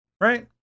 Right